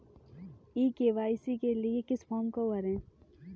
ई KYC के लिए किस फ्रॉम को भरें?